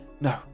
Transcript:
No